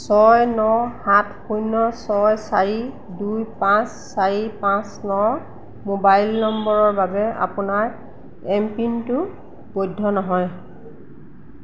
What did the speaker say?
ছয় ন সাত শূন্য় ছয় চাৰি দুই পাঁচ চাৰি পাঁচ ন মোবাইল নম্বৰৰ বাবে আপোনাৰ এম পিনটো বৈধ নহয়